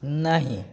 नहि